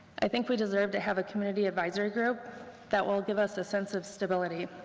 i think we deserve to have a community advisory group that will give us a sense of stability.